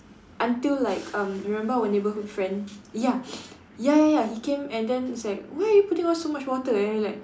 until like um remember our neighborhood friend ya ya ya ya he came and then he's like why are you putting all so much water and we were like